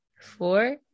four